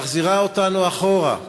מחזירה אותנו אחורה,